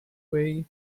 way